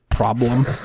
problem